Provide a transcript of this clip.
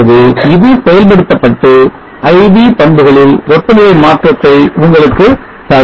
ஆகவே இது செயல்படுத்தப்பட்டு I V பண்புகளில் வெப்பநிலை மாற்றத்தை உங்களுக்கு தரும்